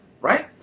right